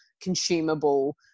consumable